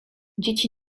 dzieci